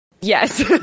Yes